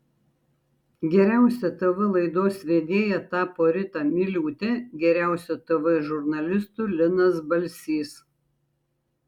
geriausia tv laidos vedėja tapo rita miliūtė geriausiu tv žurnalistu linas balsys